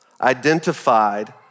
identified